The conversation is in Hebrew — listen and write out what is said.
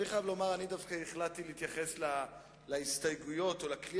אני חייב לומר שהחלטתי להתייחס לכלי הזה של ההסתייגויות קצת